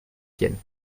siennes